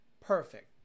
perfect